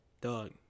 Dog